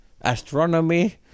astronomy